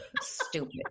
stupid